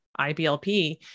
IBLP